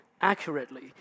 accurately